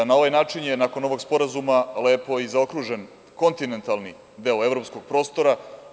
Na ovaj način je nakon ovog sporazuma lepo i zaokružen kontinentalni deo evropskog prostora.